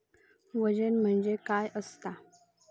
वजन म्हणजे काय असता?